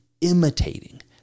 imitating